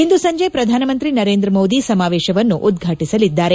ಇಂದು ಸಂಜೆ ಪ್ರಧಾನಮಂತ್ರಿ ನರೇಂದ್ರ ಮೋದಿ ಸಮಾವೇಶವನ್ನು ಉದ್ವಾಟಸಲಿದ್ದಾರೆ